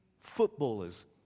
footballers